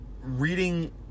reading